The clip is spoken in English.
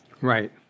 Right